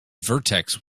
vertex